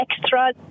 extra